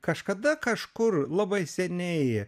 kažkada kažkur labai seniai